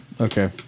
Okay